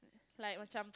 like machiam